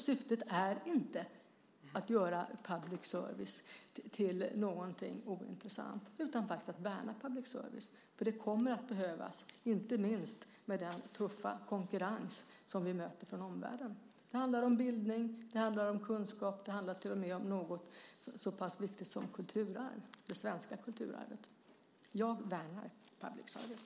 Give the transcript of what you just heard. Syftet är inte att göra public service till någonting ointressant, utan syftet är faktiskt att värna public service. Det kommer att behövas, inte minst med tanke på den tuffa konkurrens som vi möter från omvärlden. Det handlar om bildning. Det handlar om kunskap. Det handlar till och med om något så pass viktigt som det svenska kulturarvet. Jag värnar public service.